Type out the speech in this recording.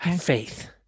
Faith